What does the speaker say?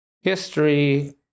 history